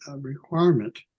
requirement